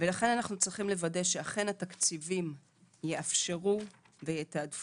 לכן אנו צריכים לוודא שאכן התקציבים יאפשרו ויתעדפו